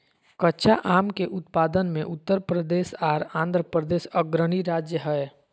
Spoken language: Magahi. कच्चा आम के उत्पादन मे उत्तर प्रदेश आर आंध्रप्रदेश अग्रणी राज्य हय